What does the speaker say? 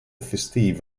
festive